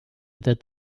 that